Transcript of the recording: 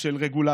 ושל רגולציה,